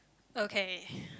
okay